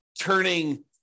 turning